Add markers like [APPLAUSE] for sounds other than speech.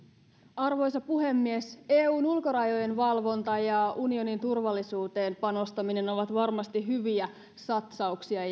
arvoisa puhemies eun ulkorajojen valvonta ja unionin turvallisuuteen panostaminen ovat varmasti hyviä satsauksia [UNINTELLIGIBLE]